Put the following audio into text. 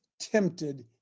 tempted